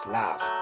love